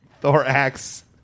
Thorax